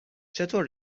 چطور